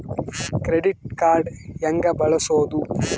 Credit card ಹೆಂಗ ಬಳಸೋದು?